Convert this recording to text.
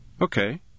Okay